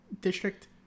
district